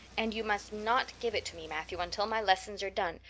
and you must not give it to me, matthew, until my lessons are done,